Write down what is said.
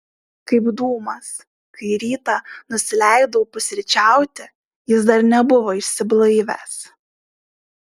kaip dūmas kai rytą nusileidau pusryčiauti jis dar nebuvo išsiblaivęs